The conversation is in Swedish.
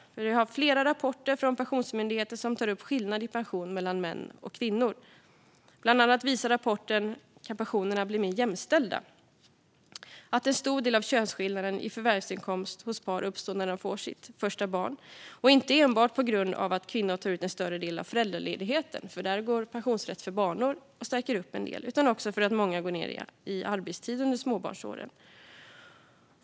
Flera rapporter från Pensionsmyndigheten tar upp skillnad i pension mellan män och kvinnor. Bland annat visar rapporten Kan pensio nerna bli mer jämställda ? att en stor del av könsskillnaden i förvärvsinkomst hos par uppstår när de får sitt första barn, inte enbart på grund av att kvinnor tar ut en större del av föräldraledigheten - där stärker pensionsrätten för barnår upp en del - utan också för att många kvinnor går ned i arbetstid under småbarnsåren.